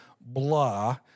blah